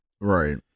right